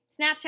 Snapchat